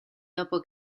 dopo